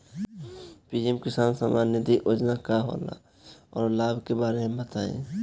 PM Kisan Samman Nidhi योजना का होला औरो लाभ के बारे में बताई?